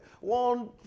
One